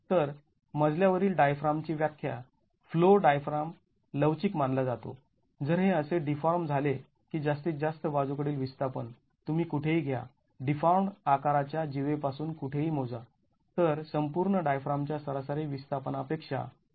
तर मजल्या वरील डायफ्रामची व्याख्या फ्लो डायफ्राम लवचिक मानला जातो जर हे असे डीफाॅर्म झाले की जास्तीत जास्त बाजू कडील विस्थापन तुम्ही कुठेही घ्या डीफाॅर्म्ड् आकाराच्या जीवेपासून कुठेही मोजा तर संपूर्ण डायफ्रामच्या सरासरी विस्थापनापेक्षा १